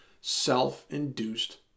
self-induced